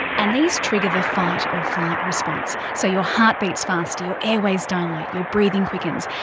and these trigger the fight or flight response. so your heart beats faster, your airways dilate, your breathing quickens.